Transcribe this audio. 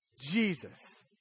Jesus